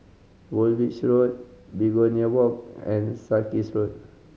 Woolwich Road Begonia Walk and Sarkies Road